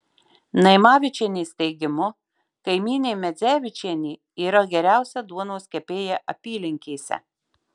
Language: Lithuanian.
naimavičienės teigimu kaimynė medzevičienė yra geriausia duonos kepėja apylinkėse